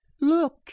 look